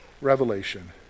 revelation